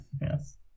yes